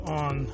on